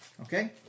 Okay